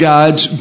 God's